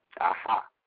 Aha